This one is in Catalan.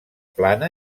plana